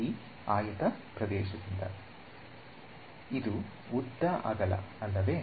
ಈ ಆಯತದ ಪ್ರದೇಶ ದಿಂದ ಇದು ಉದ್ದ ಅಗಲ ಅಲ್ಲವೇ